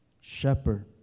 shepherd